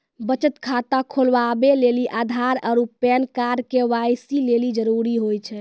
बचत खाता खोलबाबै लेली आधार आरू पैन कार्ड के.वाइ.सी लेली जरूरी होय छै